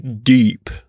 deep